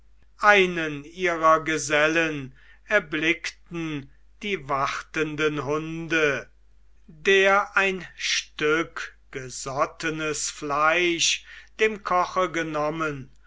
einen ihrer gesellen erblickten die wartenden hunde der ein stück gesottenes fleisch dem koche genommen